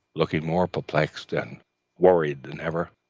looking more perplexed and worried than ever.